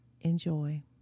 enjoy